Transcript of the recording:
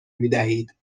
میدهید